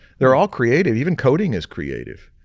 they're all creative, even coding is creative,